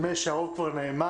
נדמה לי שהרוב כבר נאמר.